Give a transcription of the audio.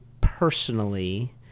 personally